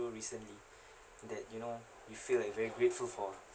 recently that you know you feel like very grateful for